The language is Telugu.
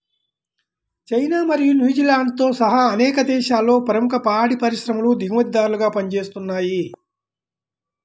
చైనా మరియు న్యూజిలాండ్తో సహా అనేక దేశాలలో ప్రముఖ పాడి పరిశ్రమలు దిగుమతిదారులుగా పనిచేస్తున్నయ్